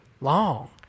long